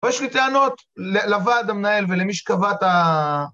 ויש לי טענות לוועד המנהל ולמי שקבע את ה...